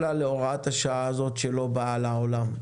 טוב לה להוראת השעה הזאת שלא באה לעולם.